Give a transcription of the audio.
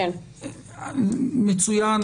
מצוין,